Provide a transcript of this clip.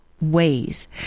ways